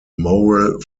moral